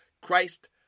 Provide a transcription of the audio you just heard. Christ